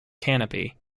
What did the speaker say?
canopy